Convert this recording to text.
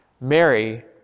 Mary